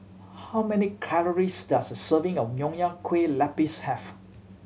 how many calories does a serving of Nonya Kueh Lapis have